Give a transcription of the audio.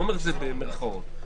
לא במירכאות,